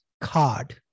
card